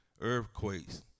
earthquakes